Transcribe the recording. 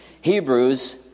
Hebrews